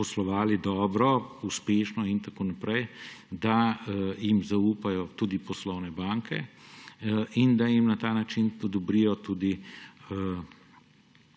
poslovali dobro, uspešno in tako naprej, zaupajo tudi poslovne banke in jim na ta način odobrijo tudi